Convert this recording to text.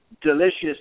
delicious